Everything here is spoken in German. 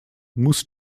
muss